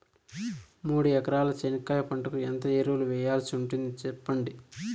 మూడు ఎకరాల చెనక్కాయ పంటకు ఎంత ఎరువులు వేయాల్సి ఉంటుంది సెప్పండి?